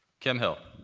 kim hill.